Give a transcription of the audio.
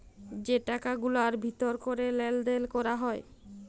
যে টাকা গুলার ভিতর ক্যরে লেলদেল ক্যরা হ্যয়